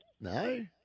No